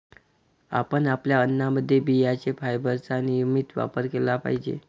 आपण आपल्या अन्नामध्ये बियांचे फायबरचा नियमित वापर केला पाहिजे